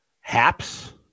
Haps